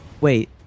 Wait